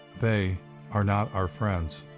they are not our friends.